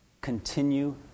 continue